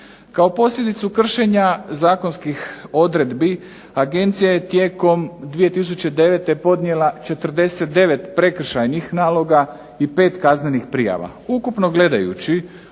Kao posljedicu kršenja zakonskih odredbi agencija je tijekom 2009. podnijela 49 prekršajnih naloga i 5 kaznenih prijava.